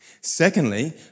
Secondly